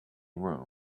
room